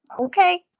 Okay